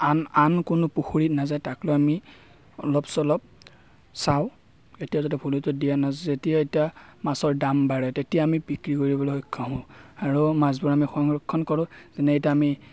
আন আন কোনো পুখুৰীত নাযায় তাক লৈ আমি অলপ চলপ চাওঁ এতিয়া যাতে ভুলতে দিয়া নাযায় যেতিয়া এতিয়া মাছৰ দাম বাঢ়ে তেতিয়া আমি বিক্ৰী কৰিবলৈ সক্ষম হওঁ আৰু মাছবোৰ আমি সংৰক্ষণ কৰোঁ যেনে এতিয়া আমি